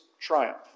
triumph